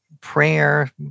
prayer